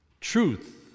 Truth